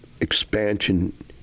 expansion